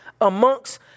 amongst